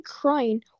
crying